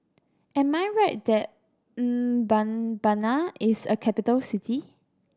am I right that Mbabana is a capital city